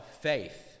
faith